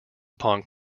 upon